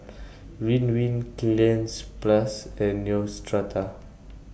Ridwind Cleanz Plus and Neostrata